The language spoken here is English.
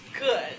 good